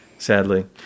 Sadly